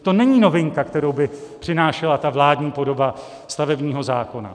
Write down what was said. To není novinka, kterou by přinášela ta vládní podoba stavebního zákona.